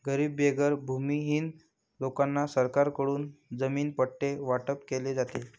गरीब बेघर भूमिहीन लोकांना सरकारकडून जमीन पट्टे वाटप केले जाते